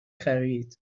خرید